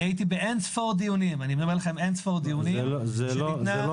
אני הייתי באין-ספור דיונים -- זה לא